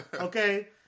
Okay